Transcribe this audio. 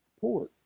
port